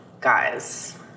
guys